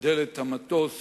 בדלת המטוס